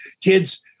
kids